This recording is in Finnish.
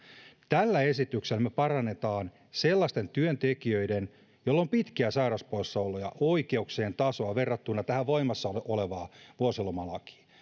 tällä esityksellä me parannamme sellaisten työntekijöiden joilla on pitkiä sairauspoissaoloja oikeuksien tasoa verrattuna voimassa olevaan vuosilomalakiin